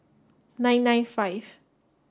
nine nine five